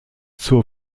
zur